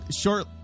short